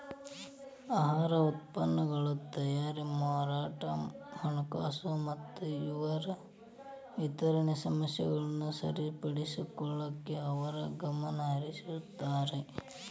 ಆಹಾರ ಉತ್ಪನ್ನಗಳ ತಯಾರಿ ಮಾರಾಟ ಹಣಕಾಸು ಮತ್ತ ವಿತರಣೆ ಸಮಸ್ಯೆಗಳನ್ನ ಸರಿಪಡಿಸಲಿಕ್ಕೆ ಅವರು ಗಮನಹರಿಸುತ್ತಾರ